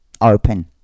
open